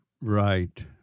Right